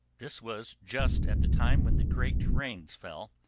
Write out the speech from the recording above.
this was just at the time when the great rains fell,